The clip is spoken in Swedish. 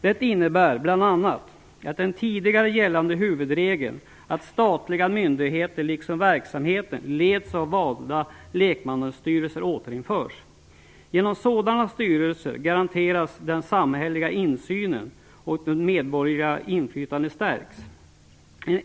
Det innebär bl.a. att den tidigare gällande huvudregeln, att statliga myndigheter liksom verksamheten leds av valda lekmannastyrelser, återinförs. Genom sådana styrelser garanteras den samhälleliga insynen, och det medborgerliga inflytandet stärks.